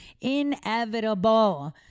Inevitable